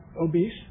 obese